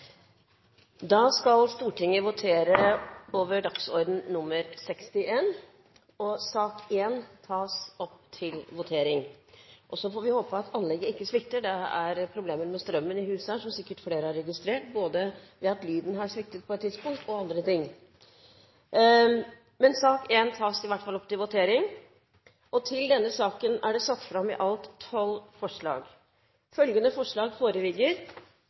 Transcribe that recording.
Da er Stortinget klar til å gå til votering. Så får vi håpe at voteringsanlegget ikke svikter. Det er, som sikkert flere har registrert, problemer med strømmen i huset, slik at lyden har sviktet på et tidspunkt – og andre ting. Under debatten er det satt fram i alt tolv forslag. Det er forslagene nr. 1 og 2, fra Anders Anundsen på vegne av Fremskrittspartiet, Høyre, Kristelig Folkeparti og Venstre forslag